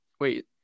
Wait